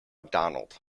donald